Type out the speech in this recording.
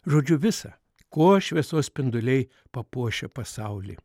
žodžiu visą kuo šviesos spinduliai papuošia pasaulį